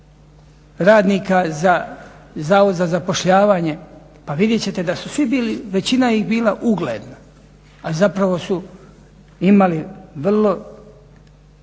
radnika za Zavod za zapošljavanje pa vidjet ćete da su svi bili, većina ih bila ugledna, a zapravo su imali vrlo,